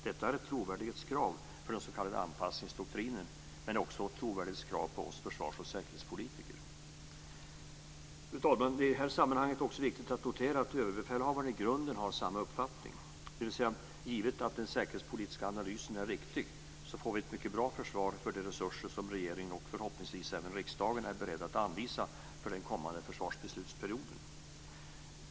Detta är ett trovärdighetskrav för den s.k. anpassningsdoktrinen, men också ett trovärdighetskrav på oss försvars och säkerhetspolitiker. Fru talman! Det är i detta sammanhang också viktigt att notera att överbefälhavaren i grunden har samma uppfattning - dvs. givet att den säkerhetspolitiska analysen är riktig får vi ett mycket bra försvar för de resurser som regeringen och förhoppningsvis även riksdagen är beredda att anvisa för den kommande försvarsbeslutsperioden.